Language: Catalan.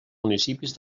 municipis